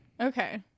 Okay